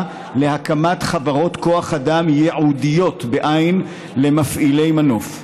להקמת חברות כוח אדם ייעודיות למפעילי מנוף.